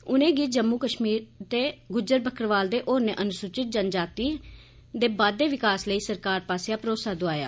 उनें जम्मू कष्मीर दे गुज्जर बक्करवाल ते होरनें अनुसूचित जनजातिएं दे बाद्दे विकास लेई सरकार पास्सेआ भरोसा दोआया